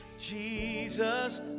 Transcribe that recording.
Jesus